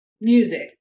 music